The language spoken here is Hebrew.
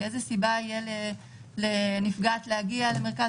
כי איזו סיבה תהיה לנפגעת להגיע למרכז